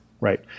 right